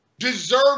deserve